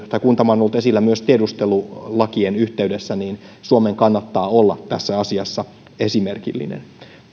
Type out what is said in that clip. kun tämä on ollut esillä myös tiedustelulakien yhteydessä niin suomen kannattaa olla tässä asiassa esimerkillinen